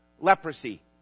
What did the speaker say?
Leprosy